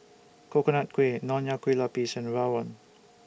Coconut Kuih Nonya Kueh Lapis and Rawon